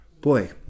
boy